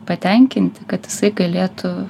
patenkinti kad jisai galėtų